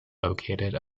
located